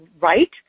right